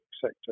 sector